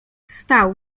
stał